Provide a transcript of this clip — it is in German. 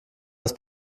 das